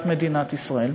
את מדינת ישראל.